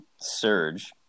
surge